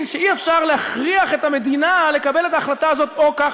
שאי-אפשר להכריח את המדינה לקבל את ההחלטה הזאת כך,